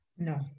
No